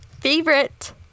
favorite